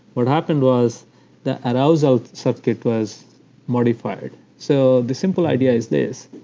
what happened was their arousal circuit was modified so the simple idea is this.